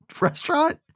restaurant